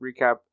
recap